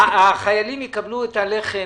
החיילים יקבלו את הלחם